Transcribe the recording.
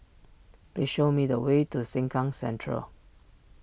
please show me the way to Sengkang Central